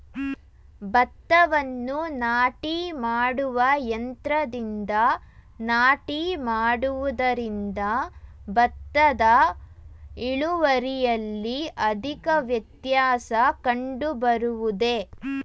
ಭತ್ತವನ್ನು ನಾಟಿ ಮಾಡುವ ಯಂತ್ರದಿಂದ ನಾಟಿ ಮಾಡುವುದರಿಂದ ಭತ್ತದ ಇಳುವರಿಯಲ್ಲಿ ಅಧಿಕ ವ್ಯತ್ಯಾಸ ಕಂಡುಬರುವುದೇ?